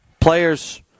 Players